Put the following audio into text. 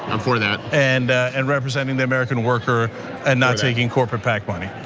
i'm for that. and and representing the american worker and not taking corporate pac money.